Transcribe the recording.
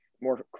more